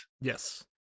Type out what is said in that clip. Yes